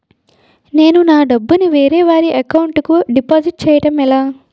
నేను నా డబ్బు ని వేరే వారి అకౌంట్ కు డిపాజిట్చే యడం ఎలా?